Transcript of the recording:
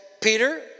Peter